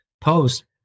Post